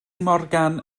morgan